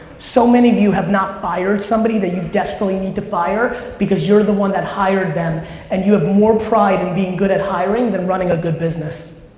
so many of you have not fired somebody that you desperately need to fire because you're the one that hired them and you have more pride in being good at hiring than running a good business.